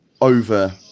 over